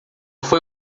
foi